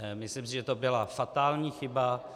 Myslím si, že to byla fatální chyba.